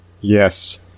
yes